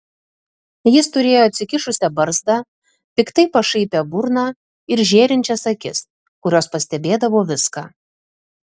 jis turėjo atsikišusią barzdą piktai pašaipią burną ir žėrinčias akis kurios pastebėdavo viską